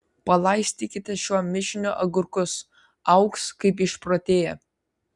palaistykite šiuo mišiniu agurkus augs kaip išprotėję